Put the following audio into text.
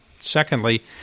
Secondly